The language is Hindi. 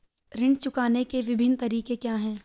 ऋण चुकाने के विभिन्न तरीके क्या हैं?